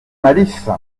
malice